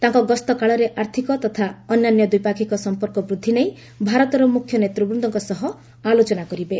ତାଙ୍କ ଗସ୍ତ କାଳରେ ଆର୍ଥିକ ତଥା ଅନ୍ୟାନ୍ୟ ଦିପାକ୍ଷିକ ସଂପର୍କ ବୃଦ୍ଧି ନେଇ ଭାରତର ମୁଖ୍ୟ ନେତୃବୃନ୍ଦଙ୍କ ସହ ଆଲୋଚନା କରିବେ